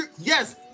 Yes